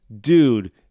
dude